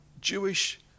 jewish